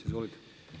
Izvolite.